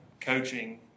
coaching